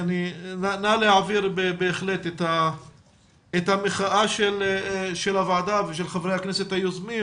נא להעביר בהחלט את המחאה של הוועדה ושל חברי הכנסת היוזמים,